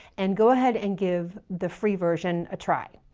and go ahead and give the free version a try.